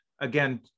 again